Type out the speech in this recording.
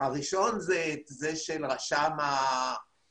כאשר הראשון הוא זה של רשם העמותות